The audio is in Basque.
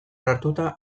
hartuta